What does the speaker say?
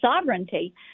sovereignty